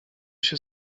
się